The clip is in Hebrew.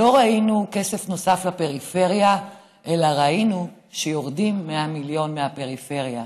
לא ראינו כסף נוסף לפריפריה אלא ראינו שיורדים 100 מיליון מהפריפריה,